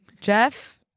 Jeff